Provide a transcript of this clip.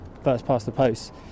first-past-the-post